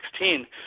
2016